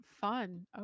fun